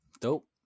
dope